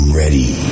ready